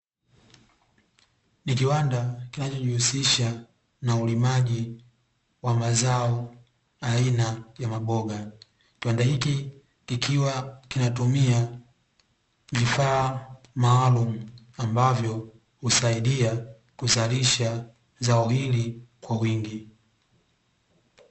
Kiwanda kinachojihusisha na ulimaji wa mazao aina ya maboga kiwanda hiki, kikiwa kinatumia vifaa maalumu, ambavyo husaidia kuzalisha zao hili kwa wingi.